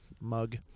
mug